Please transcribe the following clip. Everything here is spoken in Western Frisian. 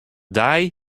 dei